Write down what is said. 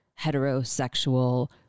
heterosexual